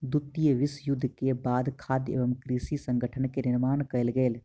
द्वितीय विश्व युद्ध के बाद खाद्य एवं कृषि संगठन के निर्माण कयल गेल